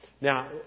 Now